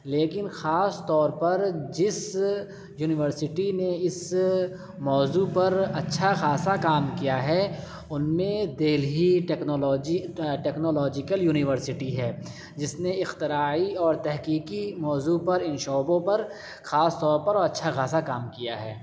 لیکن خاص طور پر جس یونیورسٹی نے اس موضوع پر اچھا خاصا کام کیا ہے ان میں دلہی ٹیکنالوجی ٹیکنالوجکل یونیورسٹی ہے جس نے اختراعی اور تحقیقی موضوع پر ان شعبوں پر خاص طور پر اور اچھا خاصا کام کیا ہے